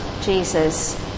Jesus